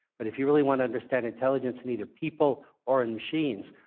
but if you really want to understand intelligence in either people or in machines,